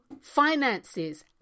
finances